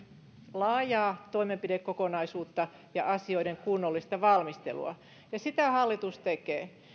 laajaa toimenpidekokonaisuutta ja asioiden kunnollista valmistelua ja sitä hallitus tekee